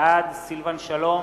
בעד סילבן שלום,